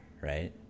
right